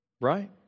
right